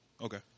Okay